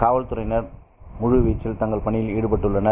காவல்துறையினர் முழு வீச்சில் தங்கள் பணியில் ஈடுபட்டுள்ளனர்